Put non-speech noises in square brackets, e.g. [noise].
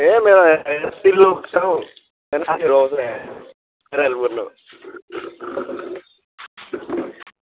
हे मेरो [unintelligible]